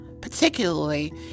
particularly